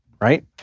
right